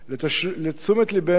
לתשומת לבנו,